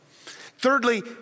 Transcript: Thirdly